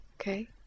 okay